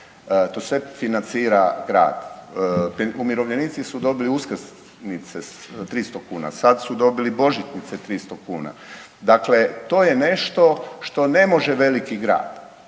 To sve financira grad. Umirovljenici su dobili uskrsnice 300 kuna, sad su dobili božićnice 300 kuna. Dakle, to je nešto što ne može veliki grad.